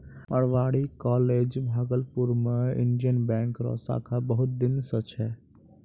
Marwari college Bhagalpur मे Indian Bank रो शाखा बहुत दिन से छै